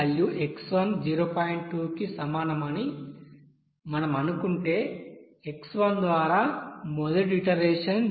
2 కి సమానమని మనం అనుకుంటే x1 ద్వారా మొదటి ఇటరేషన్ 0